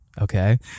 Okay